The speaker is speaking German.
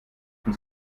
von